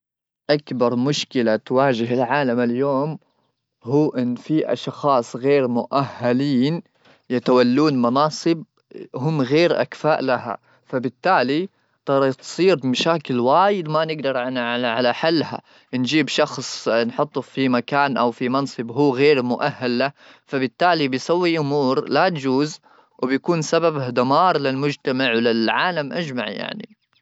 اكبر مشكله تواجه العالم اليوم هو في اشخاص غير مؤهلين يتولون مناصب هم غير اكفاء لها فبالتالي تصير مشاكل وايد ما نقدر على حلها نجيب شخص نحطه في مكان او في منصب هو غير مؤهله فبالتالي بيسوي امور لا تجوز وبيكون سبب دمار للمجتمع وللعالم اجمع يعني.